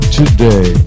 today